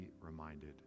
reminded